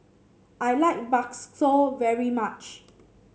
I like bakso very much